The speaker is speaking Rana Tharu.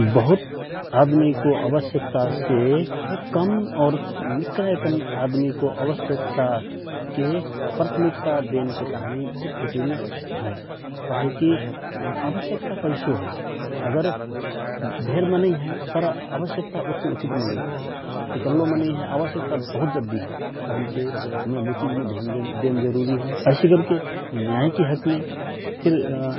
बहुत आदमी को आवश्यकता से कम और निकना एकन आदमी को आवश्यकता के प्रथमिक्ता देनके ताहनी बहुत जटिल हए, कहे की आवश्यकता कैसो हए अगर धेर मनइ हए तर अवश्यक्ता उतनो उचित नइया इकल्लो अदमी हए अवश्यक्ता बहुत जद्धि हए कहन से हमके बो चिजमे ध्यान देन बहुत जरूरी हए । ऐसि करके न्याय की हकमे फिर